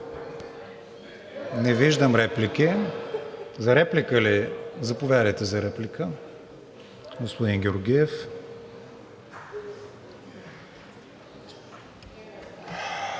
Не виждам. За реплика ли? Заповядайте за реплика, господин Георгиев.